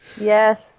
Yes